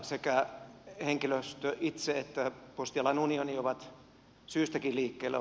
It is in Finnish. sekä henkilöstö itse että postialan unioni ovat syystäkin liikkeellä